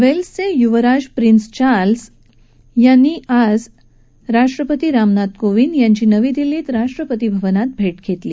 वेल्सचे यूवराज prince Charles आज राष्ट्रपती रामनाथ कोविंद यांची नवी दिल्लीत राष्ट्रपती भवनात भेट घेतली